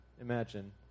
imagine